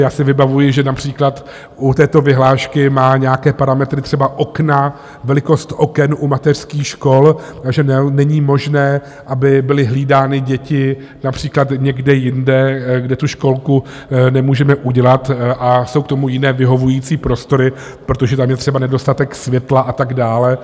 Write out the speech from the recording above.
Já si vybavuji, že například u této vyhlášky mají nějaké parametry třeba okna, velikost oken u mateřských škol, a že není možné, aby byly hlídány děti například někde jinde, kde tu školku nemůžeme udělat a jsou k tomu jiné vyhovující prostory, protože tam je třeba nedostatek světla a tak dále.